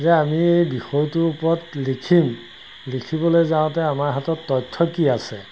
যে আমি এই বিষয়টোৰ ওপৰত লিখিম লিখিবলৈ যাওঁতে আমাৰ হাতত তথ্য কি আছে